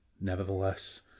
Nevertheless